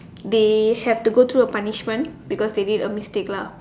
they have to go through a punishment because they did a mistake lah